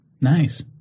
Nice